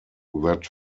that